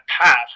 path